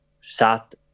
sat